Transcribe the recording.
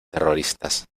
terroristas